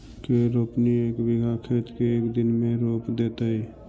के रोपनी एक बिघा खेत के एक दिन में रोप देतै?